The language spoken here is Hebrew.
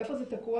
איפה זה תקוע,